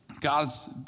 God's